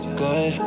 good